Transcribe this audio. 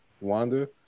Wanda